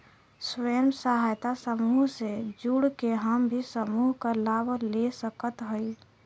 स्वयं सहायता समूह से जुड़ के हम भी समूह क लाभ ले सकत हई?